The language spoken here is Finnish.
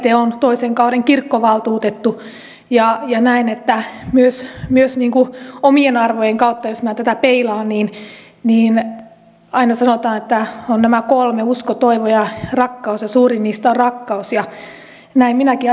itse olen toisen kauden kirkkovaltuutettu ja jos minä tätä peilaan myös omien arvojeni kautta niin kun aina sanotaan että on nämä kolme usko toivo ja rakkaus ja suurin niistä on rakkaus näin minäkin ajattelen